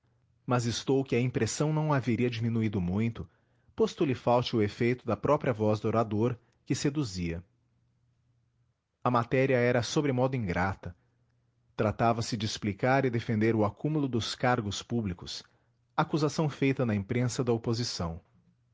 mas estou que a impressão não haveria diminuído muito posto lhe falte o efeito da própria voz do orador que seduzia a matéria era sobremodo ingrata tratava-se de explicar e defender o acúmulo dos cargos públicos acusação feita na imprensa da oposição